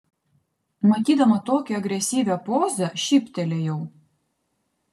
matydama tokią agresyvią pozą šyptelėjau